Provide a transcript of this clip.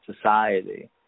society